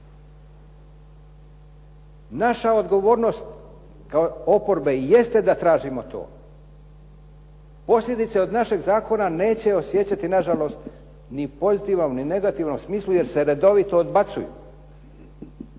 Naša odgovornost kao oporbe i jeste da tražimo to. Posljedice od našeg zakona neće osjećati na žalost ni u pozitivnom ni negativnom smislu jer se redovito odbacuju.